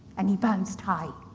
and he bounced high.